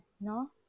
no